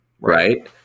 Right